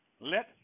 Let